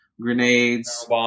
grenades